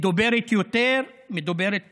מדוברת יותר ומדוברת פחות,